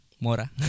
Mora